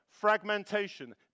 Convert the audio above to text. fragmentation